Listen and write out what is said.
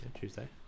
Tuesday